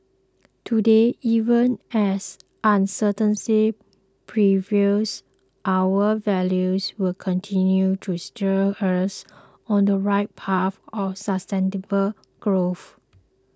today even as uncertainty prevails our values will continue to steer us on the right path of sustainable growth